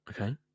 Okay